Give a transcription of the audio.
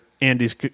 Andy's